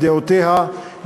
את דעותיה,